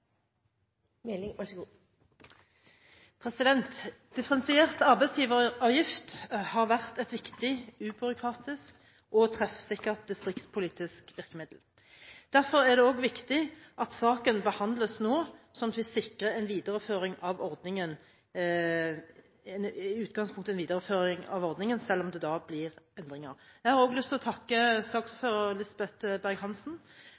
det viktig at saken behandles nå, sånn at vi sikrer en – i utgangspunktet – videreføring av ordningen, selv om det blir endringer. Jeg har òg lyst til å takke